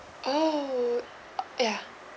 oh uh ya